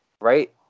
right